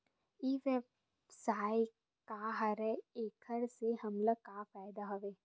ई व्यवसाय का हरय एखर से हमला का फ़ायदा हवय?